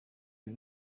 ibi